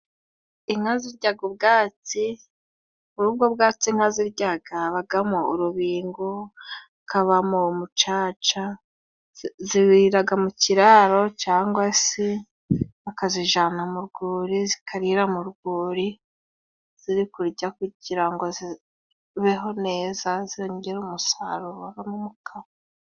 Inka zijyaga ubwatsi, muri ubwo bwatsi inka zijyaga habagamo urubingo, hakabamo umucaca, ziwuriraga mu kiraro cangwa se bakazijana mu rwuri, zikarira mu rwuri ziri kurya kugira ngo zibeho neza zongere umusaruro n'umukamo.